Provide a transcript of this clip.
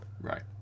right